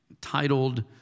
titled